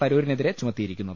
തരൂരിനെതിരെ ചുമത്തിയിരിക്കുന്നത്